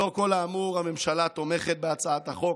לאור כל האמור, הממשלה תומכת בהצעת החוק,